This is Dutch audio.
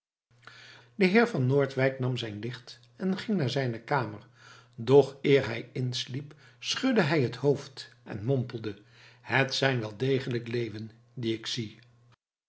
de heer van noordwijk nam zijn licht en ging naar zijne kamer doch eer hij insliep schudde hij het hoofd en mompelde het zijn wel degelijk leeuwen die ik zie